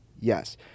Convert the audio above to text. yes